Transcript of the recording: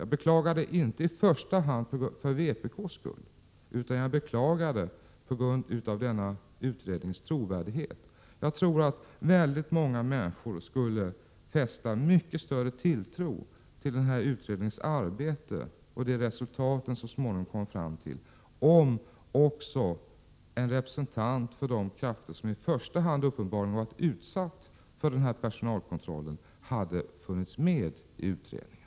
Jag beklagar det inte i första hand för vpk:s skull utan med tanke på utredningens trovärdighet. Många människor skulle fästa mycket större tilltro till utredningens arbete och det resultat den så småningom kommer fram till om också en representant för de krafter som i första hand uppenbarligen varit utsatta för personalkontroll hade funnits med i utredningen.